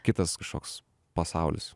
kitas kažkoks pasaulis